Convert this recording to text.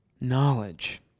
Knowledge